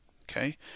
okay